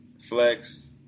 flex